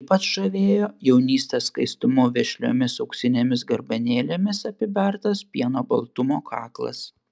ypač žavėjo jaunystės skaistumu vešliomis auksinėmis garbanėlėmis apibertas pieno baltumo kaklas